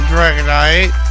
Dragonite